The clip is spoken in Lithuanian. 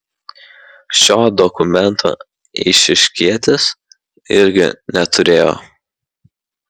šio dokumento eišiškietis irgi neturėjo